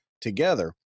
together